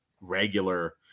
regular